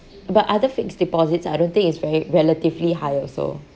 but other fixed deposits I don't think is ver~ relatively high also